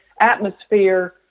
atmosphere